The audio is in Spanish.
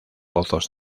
pozos